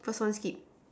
first one skip